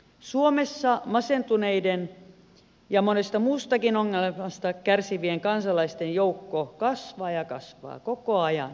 suomessa masentuneiden ja monesta muustakin ongelmasta kärsivien kansalaisten joukko kasvaa ja kasvaa koko ajan valitettavasti